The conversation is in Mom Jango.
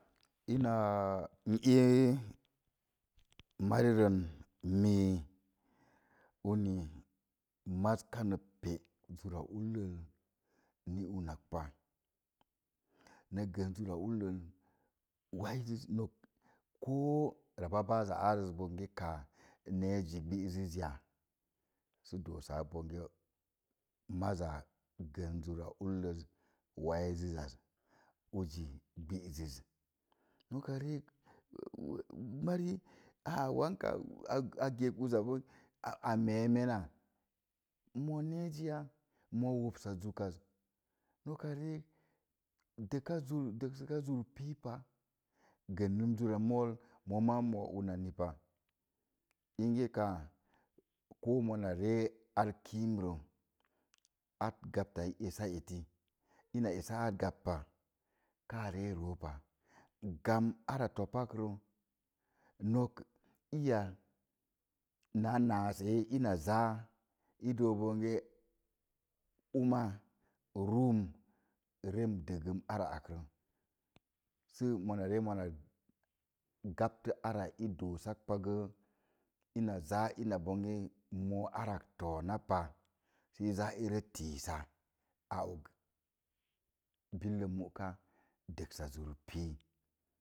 Ina n ii mari ren mee maz kana pe zorra ullel ni unak pa na gən zura ullel waiziz nok koor rababaz za bonze káá nezi gbəziz ya sə doo sa bonge masa gən zur ra ullel waiziz uzi gbəziz noka riik mari wanka a gəg wuza a mee men amo neziya mo woms sa zuk as dəka zur dəsəka zur pipa gənun zur mol mo ma mo unani pa ingé kaa ko mona re or kiim elə or gamta i esa eti ina esa ar gbant pa ka re no pa gbən ara topak rə. Nok iya naa nas ai ina za i dook bonge uma nuum nem dəgəm ara akrə sə mona re mona gbate ora i doosak pa gə ina zaa ina bonge ara ak tona pa is za irə tiisa bélk muka dəssa zar pi.